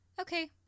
Okay